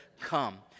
come